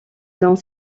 dans